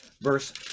verse